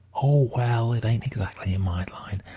oh, well, it ain't exactly in my line,